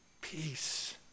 peace